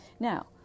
Now